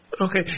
Okay